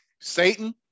satan